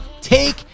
take